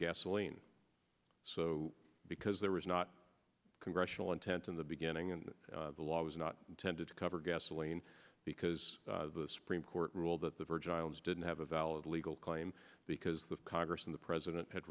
gasoline so because there was not rational intent in the beginning and the law was not intended to cover gasoline because the supreme court ruled that the virgin islands didn't have a valid legal claim because the congress and the president had